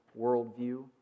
worldview